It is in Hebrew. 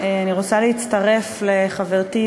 אני רוצה להצטרף לחברתי,